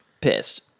pissed